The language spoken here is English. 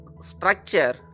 structure